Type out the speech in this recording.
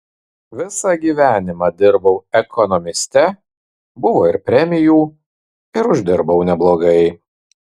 visą gyvenimą dirbau ekonomiste buvo ir premijų ir uždirbau neblogai